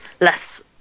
less